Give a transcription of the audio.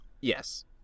Yes